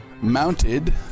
mounted